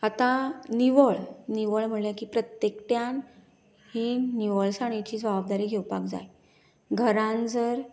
आता निवळ निवळ म्हणले की प्रत्येकट्यान ही निवळसाणेची जबाबदारी घेवपाक जाय घरान जर